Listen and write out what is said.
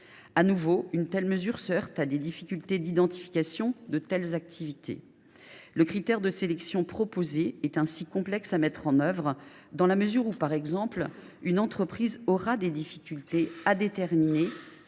De nouveau, une telle mesure se heurte à des difficultés d’identification de telles activités. Le critère de sélection proposé est complexe et difficile à mettre en œuvre, dans la mesure où, par exemple, une entreprise aura du mal à déterminer